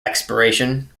expiration